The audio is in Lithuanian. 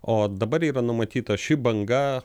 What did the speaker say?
o dabar yra numatyta ši banga